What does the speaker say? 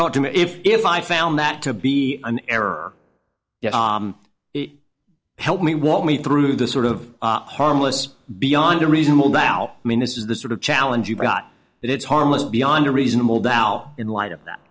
talk to me if if i found that to be an error it helped me walk me through the sort of harmless beyond a reasonable doubt i mean this is the sort of challenge you've got that it's harmless beyond a reasonable doubt in light of that